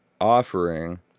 offering